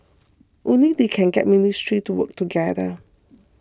only they can get ministries to work together